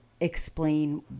explain